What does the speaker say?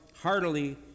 heartily